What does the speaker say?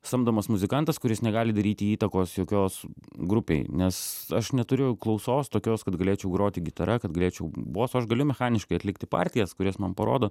samdomas muzikantas kuris negali daryti įtakos jokios grupei nes aš neturiu klausos tokios kad galėčiau groti gitara kad galėčiau bosu aš galiu mechaniškai atlikti partijas kurias man parodo